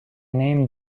name